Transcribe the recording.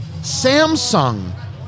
Samsung